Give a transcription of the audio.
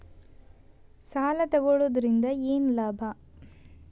ಸಾಲ ತಗೊಳ್ಳುವುದರಿಂದ ಏನ್ ಲಾಭ?